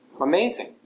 Amazing